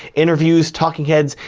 interviews, talking heads,